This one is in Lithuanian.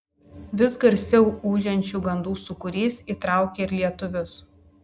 vis garsiau ūžiančių gandų sūkurys įtraukė ir lietuvius